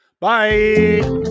Bye